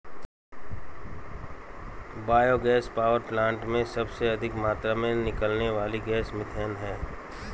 bio gas power plant में सबसे अधिक मात्रा में निकलने वाली गैस मिथेन है